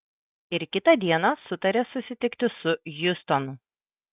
ir kitą dieną sutarė susitikti su hjustonu